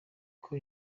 uko